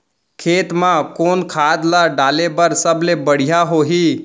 खेत म कोन खाद ला डाले बर सबले बढ़िया होही?